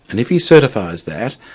and if he certifies that,